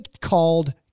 called